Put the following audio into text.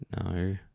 No